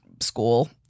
school